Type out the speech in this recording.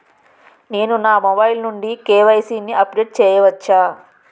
నేను నా మొబైల్ నుండి కే.వై.సీ ని అప్డేట్ చేయవచ్చా?